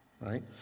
right